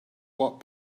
what